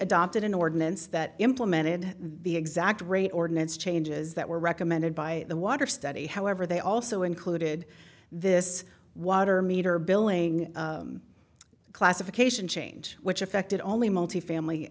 adopted an ordinance that implemented the exact rate ordinance changes that were recommended by the water study however they also included this water meter billing classification change which affected only multifamily